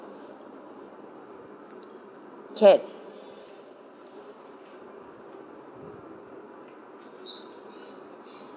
can